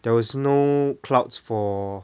there was no clouds for